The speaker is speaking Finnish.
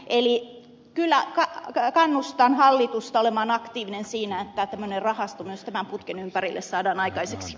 eli kyllä kannustan hallitusta olemaan aktiivinen siinä että tämmöinen rahasto myös tämän putken ympärille saadaan aikaiseksi